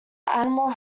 animal